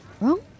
Wrong